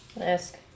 Ask